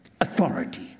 authority